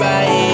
Right